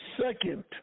second